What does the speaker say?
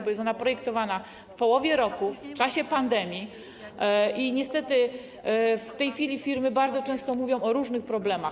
Bo jest to projektowane w połowie roku, w czasie pandemii i niestety w tej chwili firmy bardzo często mówią o różnych problemach.